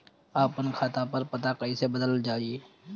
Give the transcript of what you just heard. आपन खाता पर पता कईसे बदलल जाई?